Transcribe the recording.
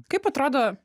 kaip atrodo